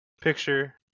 picture